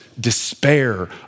despair